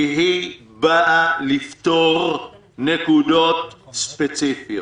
כי היא באה לפתור נקודות ספציפיות.